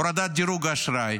דירוג אשראי